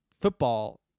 football